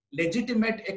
legitimate